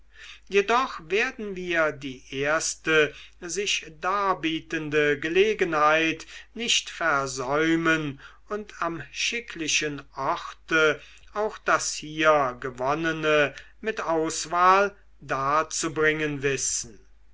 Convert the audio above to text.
jedoch werden wir die erste sich darbietende gelegenheit nicht versäumen und am schicklichen orte auch das hier gewonnene mit auswahl darzubringen wissen